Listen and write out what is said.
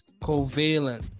covalent